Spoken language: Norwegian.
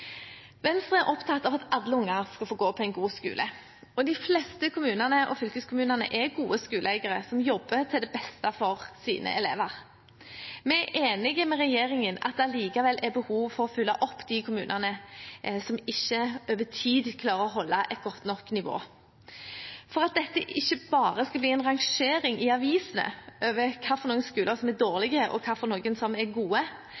Venstre er opptatt av at alle unger skal få gå på en god skole. De fleste kommunene og fylkeskommunene er gode skoleeiere som jobber til det beste for sine elever, men vi er enig med regjeringen i at det likevel er behov for å følge opp de kommunene som over tid ikke klarer å holde et godt nok nivå. For at dette ikke bare skal bli en rangering i avisene over hvilke skoler som er dårlige, og hvilke som er gode,